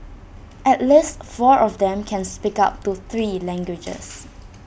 at least four of them can speak up to three languages